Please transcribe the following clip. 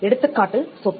எடுத்துக்காட்டு சொத்து